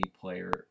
player